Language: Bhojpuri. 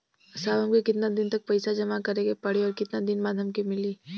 साहब हमके कितना दिन तक पैसा जमा करे के पड़ी और कितना दिन बाद हमके मिली?